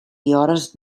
hores